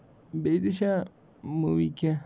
بیٚیہِ تہِ چھا موٗوی کیٚنہہ